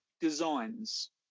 designs